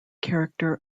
character